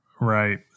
Right